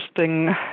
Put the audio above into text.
interesting